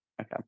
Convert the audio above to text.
Okay